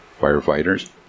firefighters